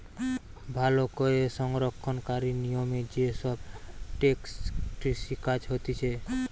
ভালো করে সংরক্ষণকারী নিয়মে যে সব টেকসই কৃষি কাজ হতিছে